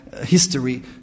history